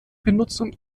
benutzung